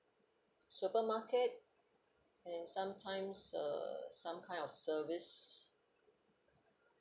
supermarket and sometimes uh some kind of service